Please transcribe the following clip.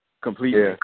completely